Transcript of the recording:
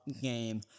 game